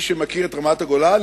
מי שמכיר את רמת-הגולן,